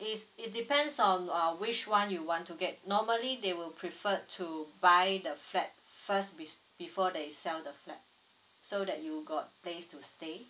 is it depends on your uh which one you want to get normally they will prefer to buy the flat first be~ before they sell the flat so that you got place to stay